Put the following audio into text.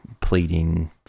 pleading